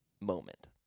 moment